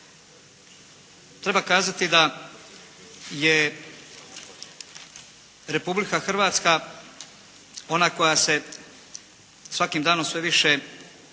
Treba kazati da je Republika Hrvatska ona koja se svakim danom sve više